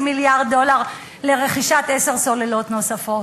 מיליארד דולר לרכישת עשר סוללות נוספות.